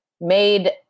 made